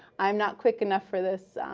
i am not quick enough for this